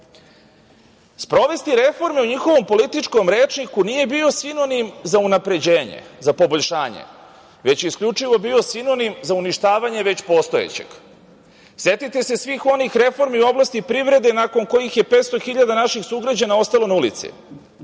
DS.Sprovesti reforme u njihovom političkom rečniku nije bio sinonim za unapređenje, za poboljšanje, već je isključivo bio sinonim za uništavanje već postojećeg. Setite se svih onih reformi u oblasti privrede nakon kojih je 500 hiljada naših sugrađana ostalo na ulici.